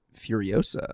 Furiosa